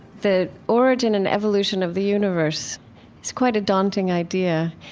the origin and evolution of the universe is quite a daunting idea.